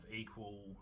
equal